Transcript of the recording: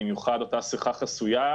במיוחד אותה שיחה חסויה,